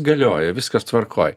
galioja viskas tvarkoje